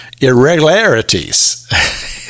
irregularities